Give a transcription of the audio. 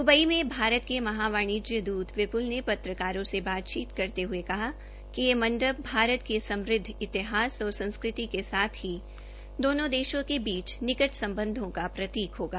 Dubai में भारत के महावाणिज्य दूत विपुल ने पत्रकारों से बातचीत करते हुए कहा कि यह मंडप भरत के समुद्ध इतिहास और संस्कृति के साथ ही दोनो देशों के बीच निकट संबंधों का प्रतीक होगा